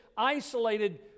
isolated